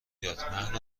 یاد